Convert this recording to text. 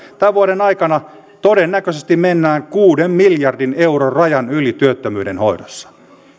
tämän vuoden aikana todennäköisesti mennään kuuden miljardin euron rajan yli työttömyyden hoidossa